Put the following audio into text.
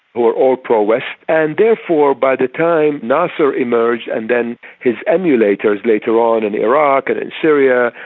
or all pro-west and therefore by the time nasser emerged and then his emulators later on in iraq and in syria,